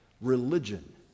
religion